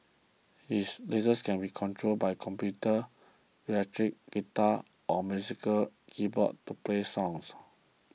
his latest can be controlled by a computer electric guitar or musical keyboard to play songs